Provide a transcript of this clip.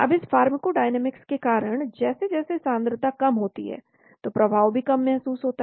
अब इस फार्माकोडायनामिक्स के कारण जैसे जैसे सांद्रता कम होती है तो प्रभाव भी कम महसूस होता है